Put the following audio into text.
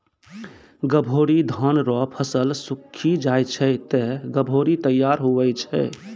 गभोरी धान रो फसल सुक्खी जाय छै ते गभोरी तैयार हुवै छै